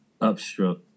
upstroke